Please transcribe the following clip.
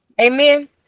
Amen